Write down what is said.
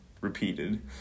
repeated